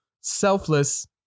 Selfless